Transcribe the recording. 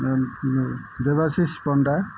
Debashish Panda